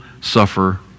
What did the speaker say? suffer